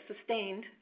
sustained